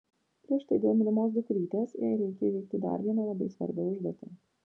prieš tai dėl mylimos dukrytės jai reikia įveikti dar vieną labai svarbią užduotį